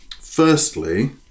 Firstly